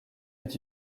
est